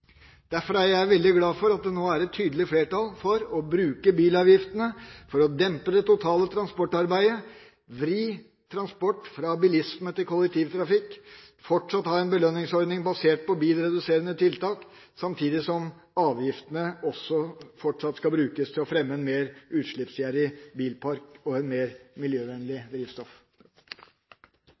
Derfor er jeg veldig glad for at det nå er et tydelig flertall for å bruke bilavgiftene for å dempe det totale transportarbeidet, vri transport fra bilisme til kollektivtrafikk, fortsatt ha en belønningsordning basert på bilreduserende tiltak, samtidig som avgiftene fortsatt skal brukes til å fremme en mer utslippsgjerrig bilpark og mer miljøvennlig drivstoff.